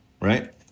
Right